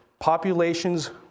Populations